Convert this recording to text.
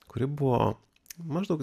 kuri buvo maždaug